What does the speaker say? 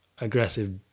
aggressive